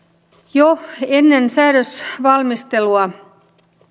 jo ennen säädösvalmistelua